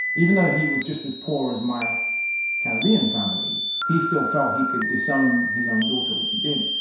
even though he was just as poor as my caribbean family he still felt he could disown his own daughter, which he did,